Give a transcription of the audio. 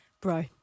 Bro